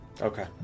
Okay